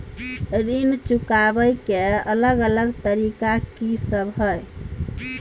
ऋण चुकाबय के अलग अलग तरीका की सब हय?